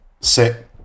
sit